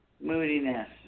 moodiness